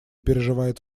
переживает